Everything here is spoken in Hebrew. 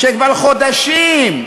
שכבר חודשים,